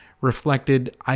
Reflected